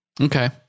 Okay